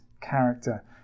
character